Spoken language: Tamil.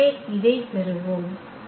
எனவே இதைப் பெறுவோம்